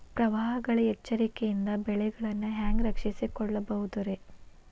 ಪ್ರವಾಹಗಳ ಎಚ್ಚರಿಕೆಯಿಂದ ಬೆಳೆಗಳನ್ನ ಹ್ಯಾಂಗ ರಕ್ಷಿಸಿಕೊಳ್ಳಬಹುದುರೇ?